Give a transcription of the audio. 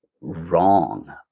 wrong